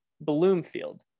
Bloomfield